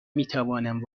میتوانم